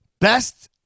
best